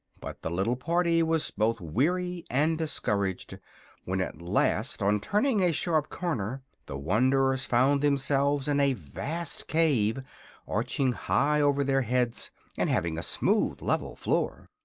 but the little party was both weary and discouraged when at last, on turning a sharp corner, the wanderers found themselves in a vast cave arching high over their heads and having a smooth, level floor.